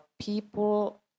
people